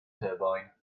turbine